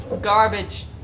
garbage